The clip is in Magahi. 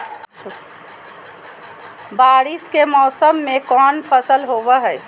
बारिस के मौसम में कौन फसल होबो हाय?